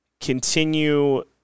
continue